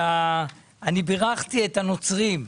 אני בירכתי את הנוצרים,